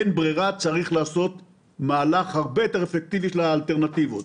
אין ברירה אלא לעשות מהלך הרבה יותר אפקטיבי של האלטרנטיבות.